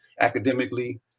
academically